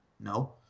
No